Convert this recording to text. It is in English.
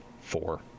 four